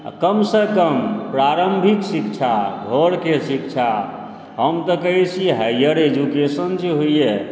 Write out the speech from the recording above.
आओर कमसँ कम प्रारम्भिक शिक्षा घरके शिक्षा हम तऽ कहै छी हायर एजुकेशन जे होइए